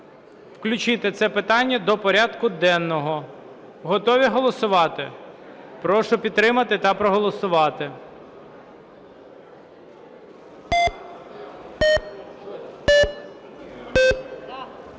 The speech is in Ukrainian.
включити це питання до порядку денного. Готові голосувати? Прошу підтримати та проголосувати.